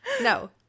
No